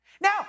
Now